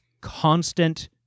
constant